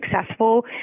successful